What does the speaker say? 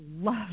love